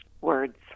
words